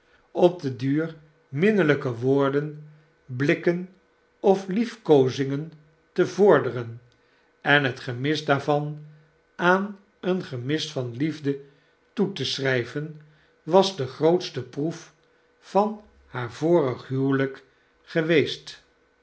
op den duur minnelyke woorden blikben of lief koozingen te vorderen en het gemis daarvan aan een gemis van liefde toe te schryven was de grootste proef vanbaar vorige huwelyk geweest